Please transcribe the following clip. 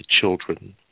children